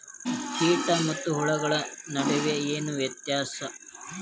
ಕೇಟ ಮತ್ತು ಹುಳುಗಳ ನಡುವೆ ಏನ್ ವ್ಯತ್ಯಾಸ?